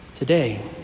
Today